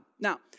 Now